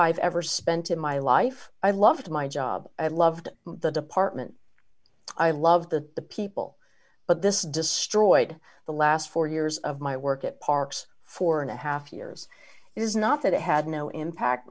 i've ever spent in my life i loved my job i loved the department i love the people but this destroyed the last four years of my work at parkes four and a half years is not that i had no impact